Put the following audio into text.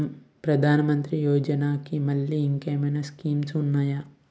ప్రధాన మంత్రి యోజన కి మల్లె ఇంకేమైనా స్కీమ్స్ ఉన్నాయా?